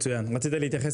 רציתי להתייחס